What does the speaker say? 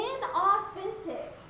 Inauthentic